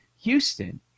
Houston